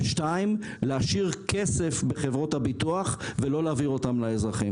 ולהשאיר כסף בחברות הביטוח ולא להעביר אותו לאזרחים.